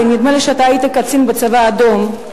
כי נדמה לי שהיית קצין בצבא האדום,